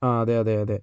ആ അതെ അതെ അതെ